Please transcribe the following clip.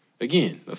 Again